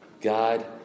God